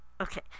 Okay